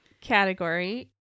category